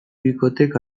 bikotek